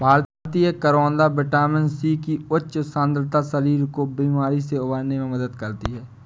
भारतीय करौदा vitamin C की उच्च सांद्रता शरीर को बीमारी से उबरने में मदद करती है